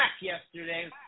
yesterday